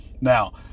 Now